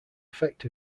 effect